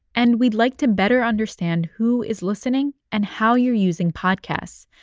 and we'd like to better understand who is listening and how you're using podcasts.